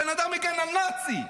הבן-אדם הגן על נאצי.